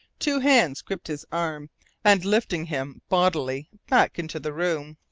two hands gripped his arm and lifting him bodily back into the room,